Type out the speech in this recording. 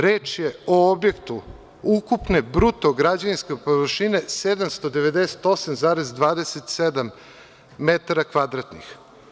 Reč je o objektu ukupne bruto građevinske površine 798,27 metara kvadratnih.